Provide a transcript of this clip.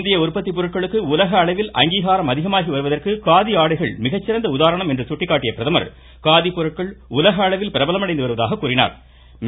இந்திய உற்பத்தி பொருட்களுக்கு உலக அளவிலேயே அங்கீகாரம் அதிகமாகி வருவதற்கு காதி ஆடைகள் மிகச்சிறந்த உதாரணம் என்று சட்டிக்காட்டிய பிரதமர் காதிப்பொருட்கள் உலகளவில் பிரபலமடைந்து வருவதாகக் கூறிணா்